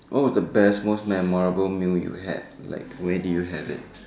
what was the best most memorable meal you had like where did you have it